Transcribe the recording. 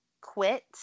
Quit